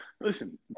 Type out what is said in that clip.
Listen